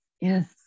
yes